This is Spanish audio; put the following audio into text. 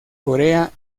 corea